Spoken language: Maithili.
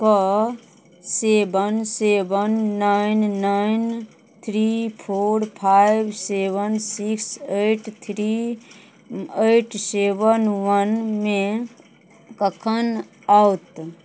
के seven seven nine nine three four five seven six eight three eight seven वनमे कखन आएत